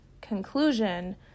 conclusion